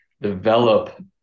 develop